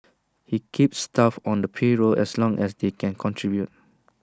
he keeps staff on the payroll as long as they can contribute